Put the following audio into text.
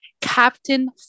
captain